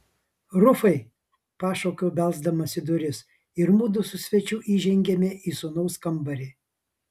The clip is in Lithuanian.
rufai pašaukiau belsdamas į duris ir mudu su svečiu įžengėme į sūnaus kambarį